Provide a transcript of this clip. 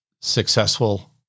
successful